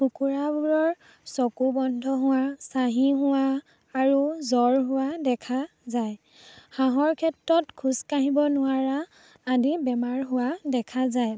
কুকুৰাবোৰৰ চকু বন্ধ হোৱা চাঁহি হোৱা আৰু জ্বৰ হোৱা দেখা যায় হাঁহৰ ক্ষেত্ৰত খোজ কাঢ়িব নোৱাৰা আদি বেমাৰ হোৱা দেখা যায়